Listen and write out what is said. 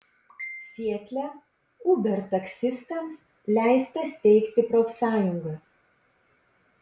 sietle uber taksistams leista steigti profsąjungas